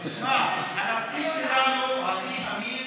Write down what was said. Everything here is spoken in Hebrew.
הנציג שלנו, הכי אמין,